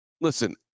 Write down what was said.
listen